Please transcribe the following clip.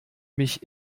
mich